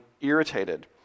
irritated